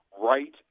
right